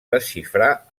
desxifrar